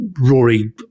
Rory